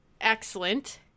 excellent